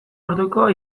orduko